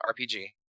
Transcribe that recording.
RPG